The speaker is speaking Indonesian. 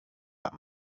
pak